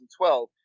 2012